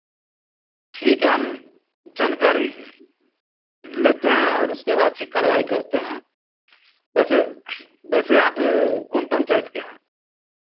ठीक है हम जानकारी लेते है और उसके बाद फिर कारवाई करते हैं वैसे वैसे आप कौन पंचायत के हैं